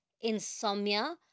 insomnia